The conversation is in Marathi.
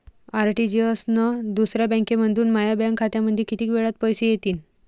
आर.टी.जी.एस न दुसऱ्या बँकेमंधून माया बँक खात्यामंधी कितीक वेळातं पैसे येतीनं?